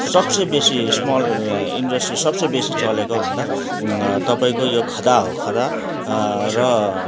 सबसे बेसी small industry सबसे बेसी चलेको भन्दा तपाईँको यो खदा हो खदा र